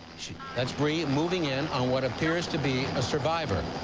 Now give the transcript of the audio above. that's bree moving in on what appears to be a survivor.